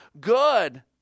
good